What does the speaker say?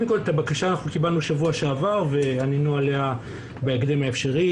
קודם כל את הבקשה אנחנו קיבלנו בשבוע שעבר וענינו עליה בהקדם האפשרי,